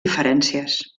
diferències